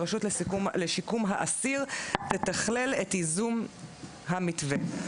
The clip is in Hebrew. הרשות לשיקום האסיר תתכלל את ייזום המתווה.